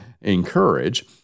encourage